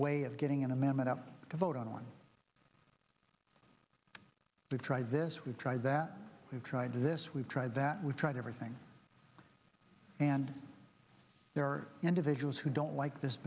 way of getting an amendment up to vote on to try this we've tried that we've tried this we've tried that we've tried everything and there are individuals who don't like this